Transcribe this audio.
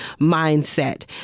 mindset